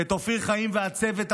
את אופיר חיים והצוות המדהים,